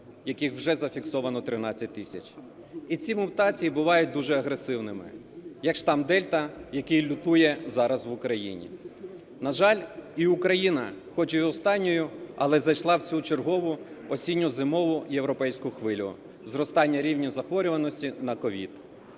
яких вже зафіксовано 13 тисяч. І ці мутації бувають дуже агресивними, як штам "Дельта", який лютує зараз в Україні. На жаль, і Україна, хоч і останньою, але зайшла в цю чергову осінньо-зимову європейську хвилю – зростання рівня захворюваності на СOVID.